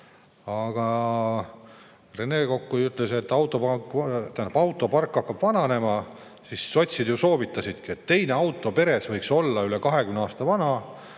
Aga Rene Kokk ütles, et autopark hakkab vananema, ja sotsid soovitasidki, et teine auto peres võiks olla üle 20 aasta vana,